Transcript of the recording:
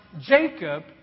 Jacob